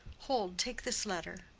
hold, take this letter.